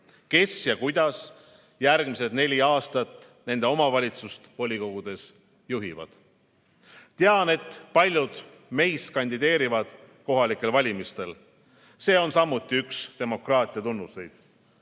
kes ja kuidas järgmised neli aastat nende omavalitsust volikogudes juhivad. Tean, et ka paljud meist kandideerivad kohalikel valimistel. See on samuti üks demokraatia tunnuseid.